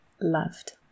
loved